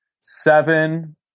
seven